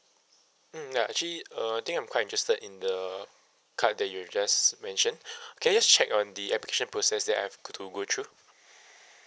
mm ya actually uh I think I'm quite interested in the card that you just mentioned can I just check on the application process that I have to go through